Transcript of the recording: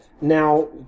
Now